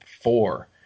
four